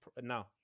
now